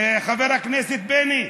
חבר הכנסת בני.